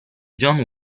john